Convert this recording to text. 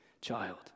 child